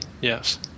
Yes